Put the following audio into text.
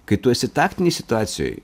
kai tu esi taktinėj situacijoj